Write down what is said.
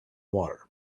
water